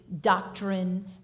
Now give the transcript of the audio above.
doctrine